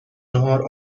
ناهار